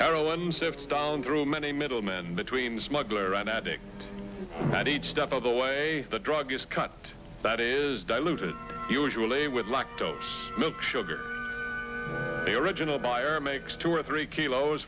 down through many middlemen between smuggler and addict at each step of the way the drug is cut that is diluted usually with lactose milk sugar the original buyer makes two or three kilos